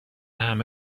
همه